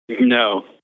No